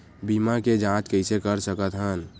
बीमा के जांच कइसे कर सकत हन?